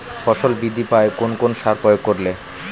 ফসল বৃদ্ধি পায় কোন কোন সার প্রয়োগ করলে?